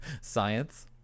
science